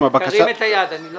פנייה מס' 199, משרד הבריאות.